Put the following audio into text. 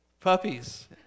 Puppies